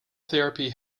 therapy